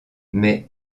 mais